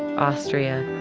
austria,